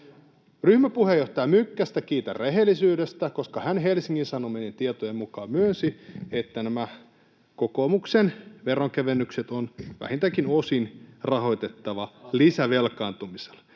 Ryhmäpuheenjohtaja Mykkästä kiitän rehellisyydestä, koska hän Helsingin Sanomien tietojen mukaan myönsi, että nämä kokoomuksen veronkevennykset on vähintäänkin osin rahoitettava lisävelkaantumisella.